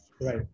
Right